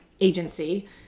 agency